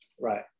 Right